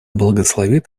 благословит